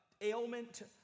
ailment